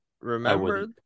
remember